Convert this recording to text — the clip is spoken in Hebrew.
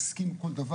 אני מסכים עם כל דבר,